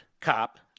cop